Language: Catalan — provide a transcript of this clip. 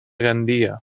gandia